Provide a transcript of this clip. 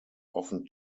often